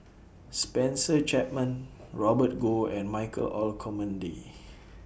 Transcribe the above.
Spencer Chapman Robert Goh and Michael Olcomendy